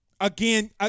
Again